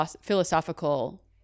philosophical